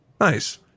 Nice